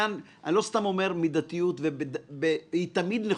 אני כן חושבת שצריכה להיות הבחנה בין פרטי לציבורי,